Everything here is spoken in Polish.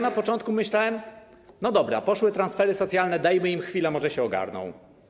Na początku myślałem tak: dobra, poszły transfery socjalne, dajmy ich chwilę, może się ogarną.